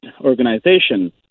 organization